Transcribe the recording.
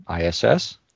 ISS